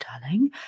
darling